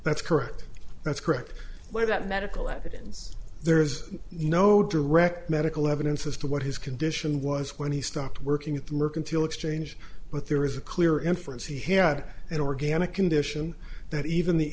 that's correct that's correct where that medical evidence there is no direct medical evidence as to what his condition was when he stopped working with mercantile exchange but there is a clear inference he had an organic condition that even the